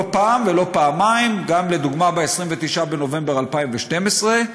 לא פעם ולא פעמיים, לדוגמה, ב-29 בנובמבר 2012,